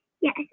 Yes